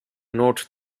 note